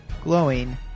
glowing